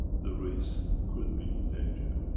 the race could be in danger.